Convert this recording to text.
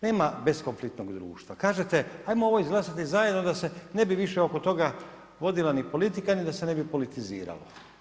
Nema beskonfliktnog društva. kažete ajmo ovo izglasati zajedno da se ne bi više oko toga vodila ni politika ni da se ne bi politiziralo.